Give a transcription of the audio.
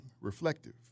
reflective